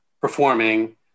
performing